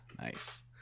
Nice